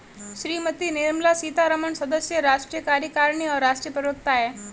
श्रीमती निर्मला सीतारमण सदस्य, राष्ट्रीय कार्यकारिणी और राष्ट्रीय प्रवक्ता हैं